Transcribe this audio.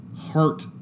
heart